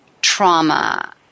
trauma